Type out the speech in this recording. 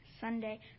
Sunday